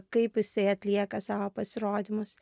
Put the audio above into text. kaip jisai atlieka savo pasirodymus